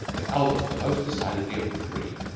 but albert the most decidedly of the three.